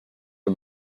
the